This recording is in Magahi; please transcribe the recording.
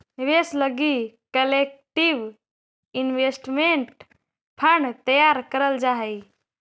निवेश लगी कलेक्टिव इन्वेस्टमेंट फंड तैयार करल जा हई